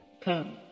come